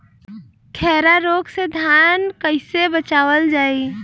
खैरा रोग से धान कईसे बचावल जाई?